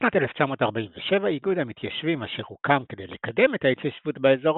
בשנת 1947 "איגוד המתיישבים" אשר הוקם כדי לקדם את ההתיישבות באזור,